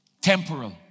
temporal